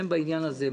בעניין הזה.